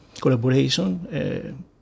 collaboration